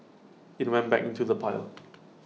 IT went back into the pile